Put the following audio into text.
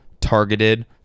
targeted